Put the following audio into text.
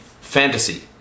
fantasy